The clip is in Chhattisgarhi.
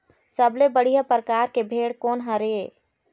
सबले बढ़िया परकार के भेड़ कोन हर ये?